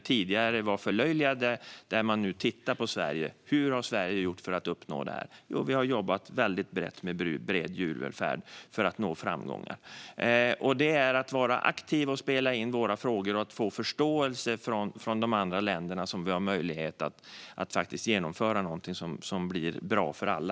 Tidigare var vi förlöjligade, men nu tittar man på Sverige: Hur har Sverige gjort för att uppnå detta? Jo, vi har jobbat väldigt brett med djurvälfärd för att nå framgångar. Det är genom att vara aktiv och spela in våra frågor och få förståelse från de andra länderna som vi har möjlighet att faktiskt genomföra någonting som blir bra för alla.